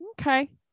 Okay